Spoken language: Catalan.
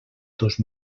dos